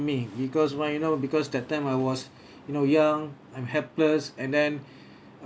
me because why you know because that time I was you know young I'm helpless and then